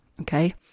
okay